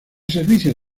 servicio